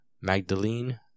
Magdalene